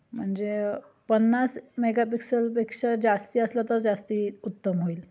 म्हणजे पन्नास मेगा पिक्सलपेक्षा जास्ती असलं तर जास्ती उत्तम होईल